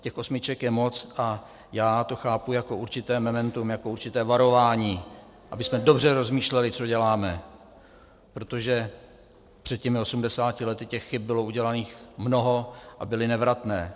Těch osmiček je moc a já to chápu jako určité memento, jako určité varování, abychom dobře rozmýšleli, co děláme, protože před těmi osmdesáti lety těch chyb bylo uděláno mnoho a byly nevratné.